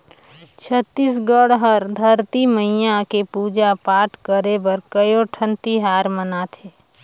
छत्तीसगढ़ हर धरती मईया के पूजा पाठ करे बर कयोठन तिहार मनाथे